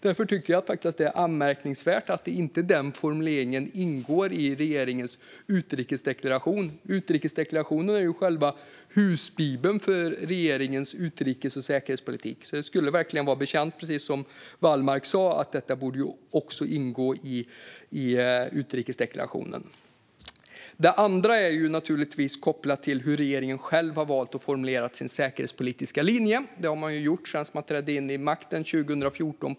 Därför tycker jag att det är anmärkningsvärt att denna formulering inte ingår i regeringens utrikesdeklaration. Den är ju själva husbibeln för regeringens utrikes och säkerhetspolitik, så precis som Hans Wallmark sa borde detta också ingå i utrikesdeklarationen. Det andra är givetvis kopplat till hur regeringen själv har valt att formulera sin utrikespolitiska linje. Det har man gjort på ett antal olika sätt sedan man tillträdde 2014.